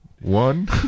one